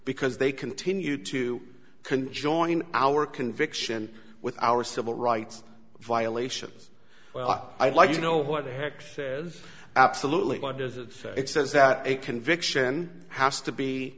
because they continue to can join our conviction with our civil rights violations well i'd like to know what the heck's says absolutely why does it says that a conviction has to be